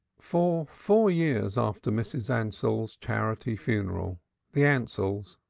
for four years after mrs. ansell's charity funeral the ansells,